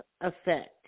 effect